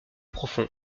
profond